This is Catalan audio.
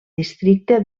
districte